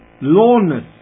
lowness